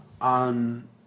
On